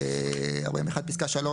פסקה (3),